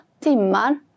timmar